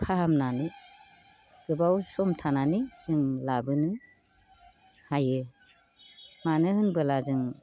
फाहामनानै गोबाव सम थानानै जों लाबोनो हायो मानो होनोब्ला जों